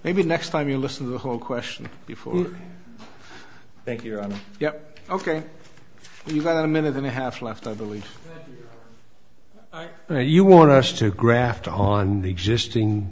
maybe next time you listen to the whole question before thank you yeah ok you've got a minute and a half left i believe now you want us to graft on the existing